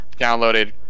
downloaded